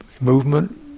movement